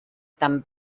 tan